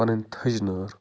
پَنٕنۍ تھٔج نٲر